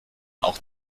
auch